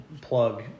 plug